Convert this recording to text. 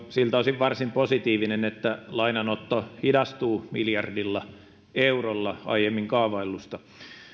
siltä osin varsin positiivinen että lainanotto hidastuu miljardilla eurolla aiemmin kaavaillusta